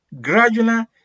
gradual